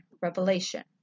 revelation